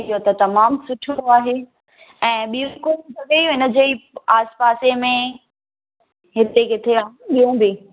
इहो त तमामु सुठो आहे ऐं ॿियूं कोई जॻहियूं आहिनि हिन जे आस पासे में हिते किथे या ॿियूं बि